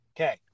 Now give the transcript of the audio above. Okay